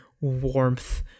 warmth